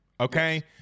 Okay